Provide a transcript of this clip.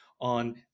on